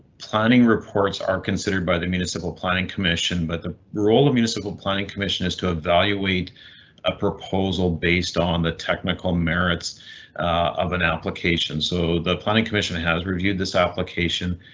planning reports are considered by the municipal planning commission, but the role of municipal planning commission is to evaluate a proposal based on the technical merits oven application. so the planning commission has reviewed this application.